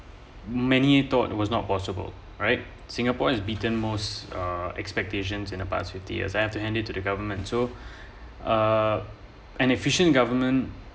many thought it was not possible right singapore is beaten most uh expectations in the past fifty years I have to hand it to the government so uh an efficient government